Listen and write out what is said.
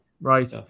right